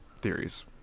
theories